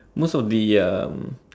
most of the um